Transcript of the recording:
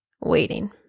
waiting